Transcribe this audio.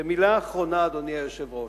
ומלה אחרונה, אדוני היושב-ראש,